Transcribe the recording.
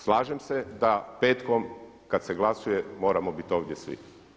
Slažem se da petkom kad se glasuje moramo bit ovdje svi.